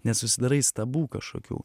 nesusidarai stabų kažkokių